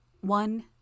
one